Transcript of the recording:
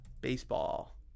baseball